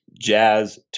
Jazz